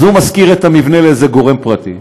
אז הוא משכיר את המבנה לאיזה גורם פרטי,